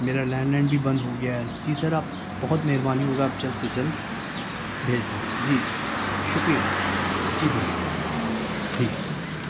میرا landline بھی بند ہو گیا ہے جی سر آپ بہت مہربانی ہوگا آپ جلد سے جلد بھیج دیں جی شکریہ جی سر ٹھیک